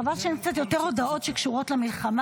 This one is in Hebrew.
חבל שאין קצת יותר הודעות שקשורות למלחמה,